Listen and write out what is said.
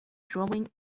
drawing